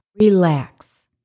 Relax